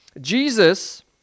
Jesus